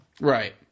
right